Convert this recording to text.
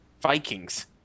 Vikings